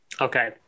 Okay